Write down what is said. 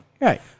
Right